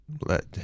let